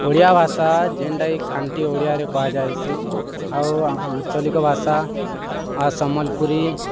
ଓଡ଼ିଆ ଭାଷା ଯେନ୍ଟା କି ଖାଣ୍ଟି ଓଡ଼ିଆରେ କୁହା ଯାଏସି ଆଉ ଆମ ଆଞ୍ଚଲିକ ଭାଷା ସମଲପୁରୀ